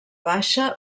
baixa